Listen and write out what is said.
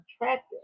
attractive